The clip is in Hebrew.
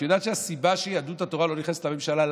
את יודעת שהסיבה שיהדות התורה לא נכנסת לממשלה,